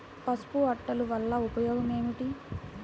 పసుపు అట్టలు వలన ఉపయోగం ఏమిటి?